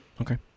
Okay